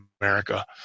America